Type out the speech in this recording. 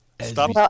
Stop